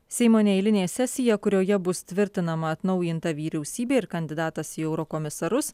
seimo neeilinė sesija kurioje bus tvirtinama atnaujinta vyriausybė ir kandidatas į eurokomisarus